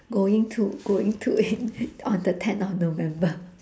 going to going to in on the tenth of november